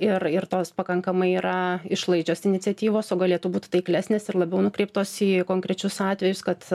ir ir tos pakankamai yra išlaidžios iniciatyvos o galėtų būt taiklesnės ir labiau nukreiptos į konkrečius atvejus kad